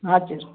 हजुर